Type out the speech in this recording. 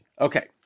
Okay